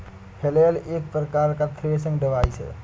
flail एक प्रकार का थ्रेसिंग डिवाइस है